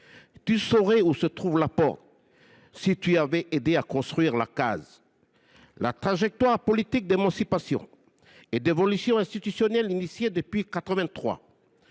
Tu saurais où se trouve la porte si tu avais aidé à construire la case !» La trajectoire politique d’émancipation et d’évolution institutionnelle engagée depuis 1983